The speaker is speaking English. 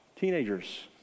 Teenagers